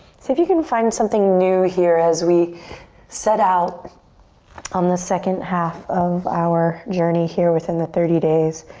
see if you can find something new here as we set out on the second half of our journey here within the thirty days.